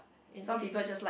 in this